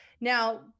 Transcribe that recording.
Now